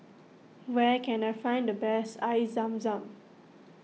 where can I find the best Air Zam Zam